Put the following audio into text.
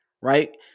right